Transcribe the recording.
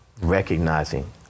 recognizing